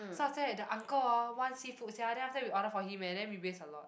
so after that the uncle hor want seafood sia then after we order for him eh then we waste a lot